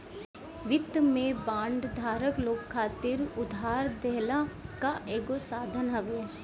वित्त में बांड धारक लोग खातिर उधार देहला कअ एगो साधन हवे